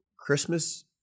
Christmas